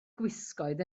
gwisgoedd